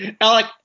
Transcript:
Alec